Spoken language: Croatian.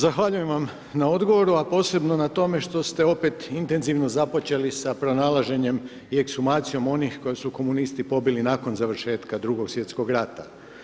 Zahvaljujem vam na odgovoru, a posebno na tome što ste opet intenzivno započeli sa pronalaženjem i ekshumacijom onih koji su komunisti pobili nakon završetku 2.sv. rata.